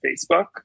Facebook